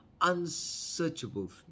unsearchable